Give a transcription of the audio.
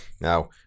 Now